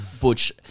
Butch